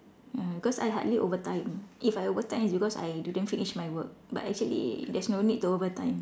ya cause I hardly overtime if I overtime it's because I didn't finish my work but actually there's no need to overtime